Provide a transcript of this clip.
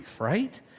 right